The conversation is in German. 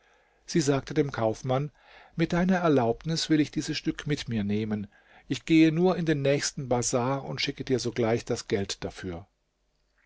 sie sagte dem kaufmann mit deiner erlaubnis will ich dieses stück mit mir nehmen ich gehe nur in den nächsten bazar und schicke dir sogleich das geld dafür